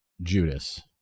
Judas